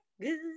good